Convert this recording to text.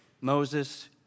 Moses